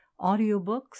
audiobooks